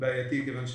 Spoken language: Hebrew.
בעייתי בעינינו.